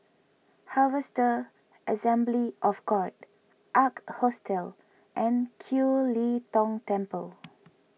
Harvester Assembly of God Ark Hostel and Kiew Lee Tong Temple